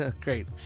Great